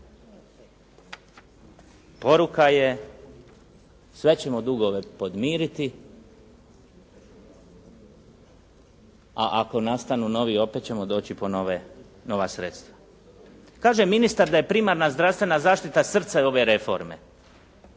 Poruka je sve ćemo dugove podmiriti, a ako nastanu novi opet ćemo doći po nova sredstva. Kaže ministar da je primarna zdravstvena zaštita srce ove reforme.